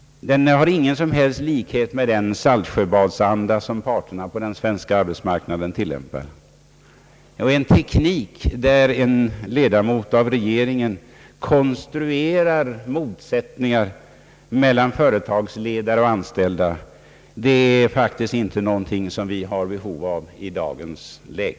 Den har ingen som helst likhet med den saltsjöbadsanda, som parterna på den svenska arbetsmarknaden tillämpar. Och en teknik, där en ledamot av regeringen konstruerar motsättningar mellan företagsledare och anställda, är faktiskt inte något som vi har behov av i dagens läge.